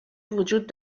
وجود